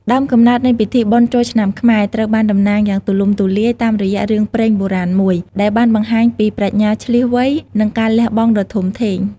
ដើមកំណើតនៃពិធីបុណ្យចូលឆ្នាំខ្មែរ ត្រូវបានតំណាលយ៉ាងទូលំទូលាយតាមរយៈរឿងព្រេងបុរាណមួយ ដែលបានបង្ហាញពីប្រាជ្ញាឈ្លាសវៃ និងការលះបង់ដ៏ធំធេង។